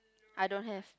I don't have